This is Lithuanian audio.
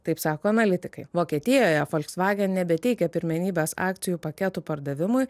taip sako analitikai vokietijoje volkswagen nebeteikia pirmenybės akcijų paketų pardavimui